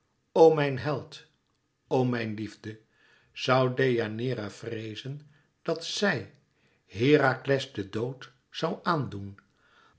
o mijn held o mijn liefde zoû deianeira vreezen dat zij herakles den dood zoû aan